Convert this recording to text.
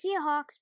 Seahawks